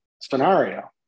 scenario